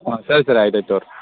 ಹಾಂ ಸರಿ ಸರಿ ಆಯಿತು ಆಯಿತು ತೋರಿ